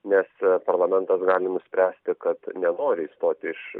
nes parlamentas gali nuspręsti kad nenori išstoti iš